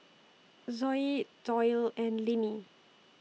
Zoie Doyle and Linnie